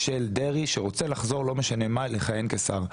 של דרעי שרוצה לחזור לא משנה מה לכהן כשר.